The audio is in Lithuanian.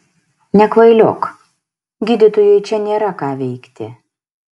nekvailiok gydytojui čia nėra ką veikti